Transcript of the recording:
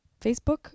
Facebook